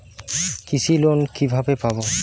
কৃষি লোন কিভাবে পাব?